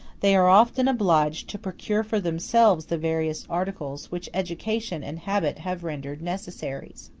they are often obliged to procure for themselves the various articles which education and habit have rendered necessaries.